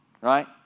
Right